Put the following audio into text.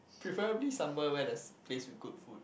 preferably somewhere where there's place with good food